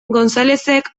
gonzalezek